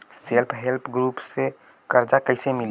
Self help group से कर्जा कईसे मिली?